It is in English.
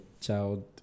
child